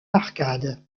arcade